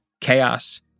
chaos